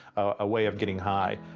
a way of getting high.